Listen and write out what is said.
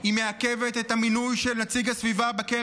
היא מעכבת את המינוי של נציג הגנת הסביבה ברשות נחל קישון,